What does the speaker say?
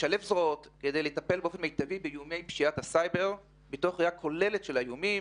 לטיפול מיטבי באיומי פשיעת הסייבר מתוך ראייה לאומית כוללת של האיומים,